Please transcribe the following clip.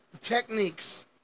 techniques